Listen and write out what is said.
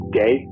day